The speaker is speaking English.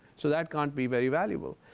so that can be very valuable.